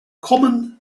common